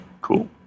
Cool